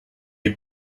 est